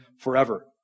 forever